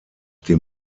dem